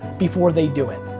before they do it.